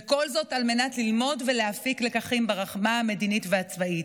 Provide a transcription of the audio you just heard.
וכל זאת על מנת ללמוד ולהפיק לקחים ברמה המדינית והצבאית.